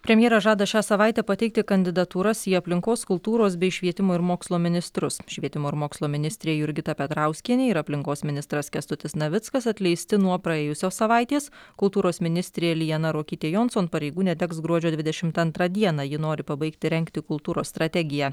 premjeras žada šią savaitę pateikti kandidatūras į aplinkos kultūros bei švietimo ir mokslo ministrus švietimo ir mokslo ministrė jurgita petrauskienė ir aplinkos ministras kęstutis navickas atleisti nuo praėjusios savaitės kultūros ministrė liana ruokytė jonson pareigų neteks gruodžio dvidešimt antrą dieną ji nori pabaigti rengti kultūros strategiją